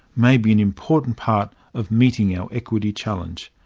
may be an important part of meeting our equity challenge.